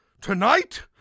Tonight